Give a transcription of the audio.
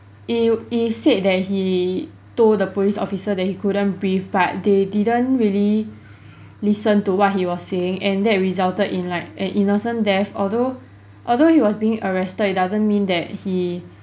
it it is said that he told the police officer that he couldn't breathe but they didn't really listen to what he was saying and that resulted in like an innocent death although although he was being arrested it doesn't mean that he